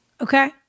okay